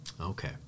Okay